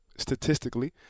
statistically